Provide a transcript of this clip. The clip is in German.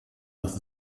dass